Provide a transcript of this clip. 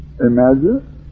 imagine